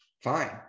fine